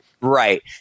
Right